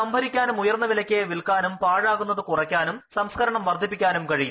സംഭരിക്കാനും ഉയർന്ന വിലയ്ക്ക് വിൽക്കാനും പാഴാകുന്നത് കുറയ്ക്കാനും സംസ്കരണവും വർദ്ധിപ്പിക്കാനും കഴിയും